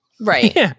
Right